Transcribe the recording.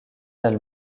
del